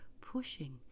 pushing